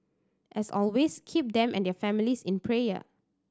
as always keep them and their families in prayer